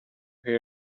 here